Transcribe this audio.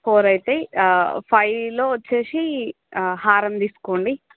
four అయితాయి ఫైవ్లో వచ్చేసి హారం తీసుకోండి